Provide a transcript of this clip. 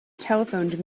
telephoned